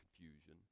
confusion